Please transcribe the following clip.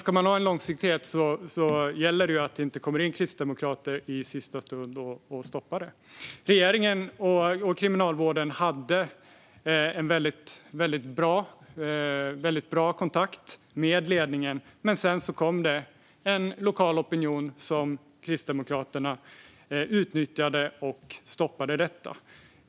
Ska man ha långsiktighet gäller det alltså att det inte kommer in kristdemokrater i sista stund och stoppar det. Regeringen och Kriminalvården hade väldigt bra kontakt med ledningen. Men sedan kom det en lokal opinion som Kristdemokraterna utnyttjade och stoppade detta.